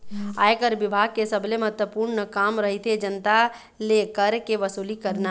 आयकर बिभाग के सबले महत्वपूर्न काम रहिथे जनता ले कर के वसूली करना